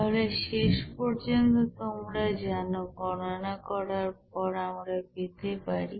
তাহলে শেষ পর্যন্ত তোমরা জানো গণনা করার পর আমরা পেতে পারি